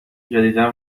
جدیدا